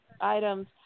items